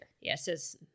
Yes